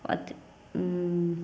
अथी ओ